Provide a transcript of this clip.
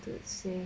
the same